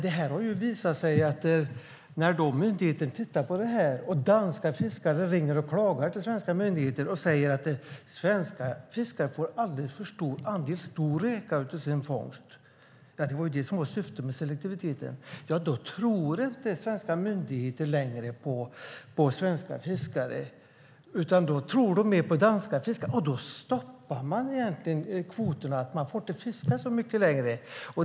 Det har då visat sig att danska fiskare ringer till svenska myndigheter och klagar på att svenska fiskare får en alldeles för stor andel stor räka i sin fångst - det som ju var syftet med selektiviteten. Då tror inte svenska myndigheter längre på svenska fiskare, utan de tror mer på danska fiskare. Då stoppas kvoterna, och man får inte fiska så mycket längre.